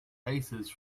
faces